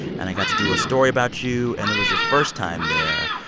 and i got to do a story about you. and it was your first time there.